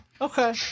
Okay